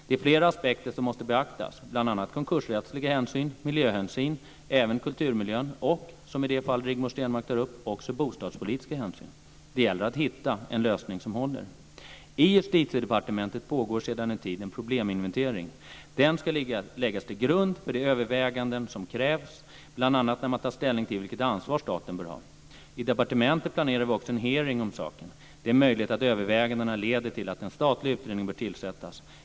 Det är flera aspekter som måste beaktas, bl.a. konkursrättslig hänsyn, miljöhänsyn, även kulturmiljön, och - som i det fall Rigmor Stenmark tar upp - bostadspolitisk hänsyn. Det gäller att hitta en lösning som håller. I Justitiedepartementet pågår sedan en tid en probleminventering. Den ska läggas till grund för de överväganden som krävs, bl.a. när man tar ställning till vilket ansvar staten bör ha. I departementet planerar vi också en hearing om saken. Det är möjligt att övervägandena leder till att en statlig utredning bör tillsättas.